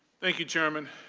thank you chairman.